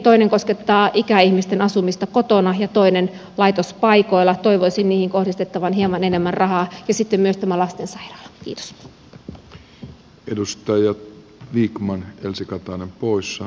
toinen koskettaa ikäihmisten asumista kotona ja toinen laitospaikoilla toivoisin niihin kohdistettavan hieman enemmän rahaa ja sitten on myös tämä lastensairaala